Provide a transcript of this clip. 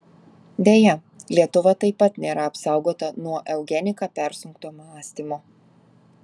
deja lietuva taip pat nėra apsaugota nuo eugenika persunkto mąstymo